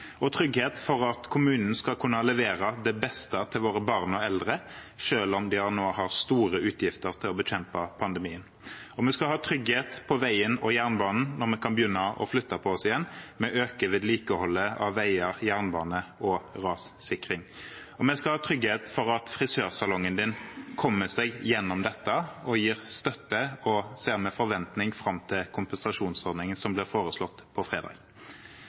og trygghet for at kommunen skal kunne levere det beste til våre barn og eldre, selv om de nå har store utgifter til å bekjempe pandemien. Vi skal ha trygghet på veien og jernbanen når vi kan begynne å flytte på oss igjen, vi øker vedlikeholdet av veier, jernbane og rassikring. Vi skal ha trygghet for at frisørsalongene kommer seg gjennom dette, og gir støtte og ser med forventning fram til kompensasjonsordningen som blir foreslått på fredag.